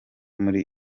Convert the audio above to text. muri